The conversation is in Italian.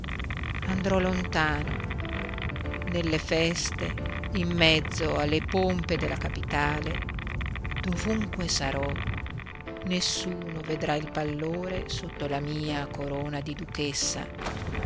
andrò lontano nelle feste in mezzo alle pompe della capitale dovunque sarò nessuno vedrà il pallore sotto la mia corona di duchessa